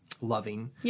loving